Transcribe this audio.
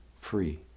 free